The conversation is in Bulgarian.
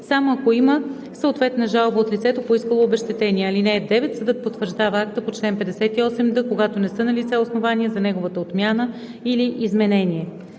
само ако има съответна жалба от лицето, поискало обезщетение. (9) Съдът потвърждава акта по чл. 58д, когато не са налице основания за неговата отмяна или изменение.“